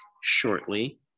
shortly